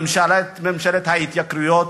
ממשלת ההתייקרויות,